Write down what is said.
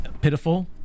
pitiful